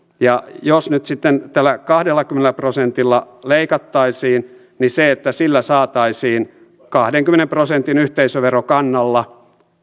ja jos nyt sitten tällä kahdellakymmenellä prosentilla leikattaisiin niin miten saataisiin kahdenkymmenen prosentin yhteisöverokannalla